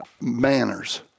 manners